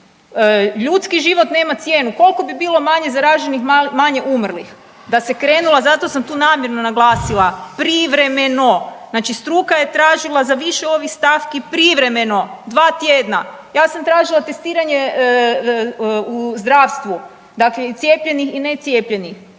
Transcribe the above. ljudski život nema cijenu, koliko bi bilo manje zaraženih i manje umrlih da se krenula, zato sam tu namjerno naglasila privremeno, znači struka je tražila za više ovih stavki privremeno dva tjedna. Ja sam tražila testiranje u zdravstvu, dakle i cijepljenih i necijepljenih